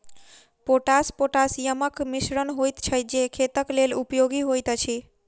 potash पोटासियमक मिश्रण होइत छै जे खेतक लेल उपयोगी होइत अछि